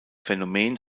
phänomen